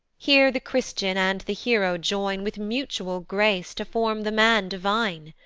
here the christian and the hero join with mutual grace to form the man divine.